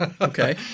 Okay